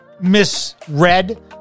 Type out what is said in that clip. misread